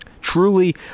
Truly